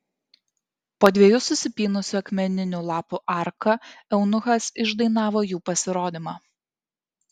po dviejų susipynusių akmeninių lapų arka eunuchas išdainavo jų pasirodymą